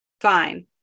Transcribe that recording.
fine